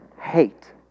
hate